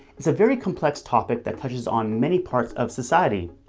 it's a very complex topic that touches on many parts of society.